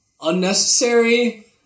unnecessary